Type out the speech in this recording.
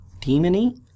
Demony